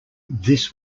this